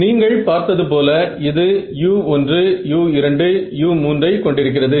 நீங்கள் பார்த்தது போல இது u1u2u3 ஐ கொண்டிருக்கிறது